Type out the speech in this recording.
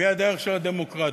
הדרך של הדמוקרטיה.